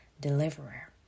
deliverer